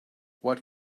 what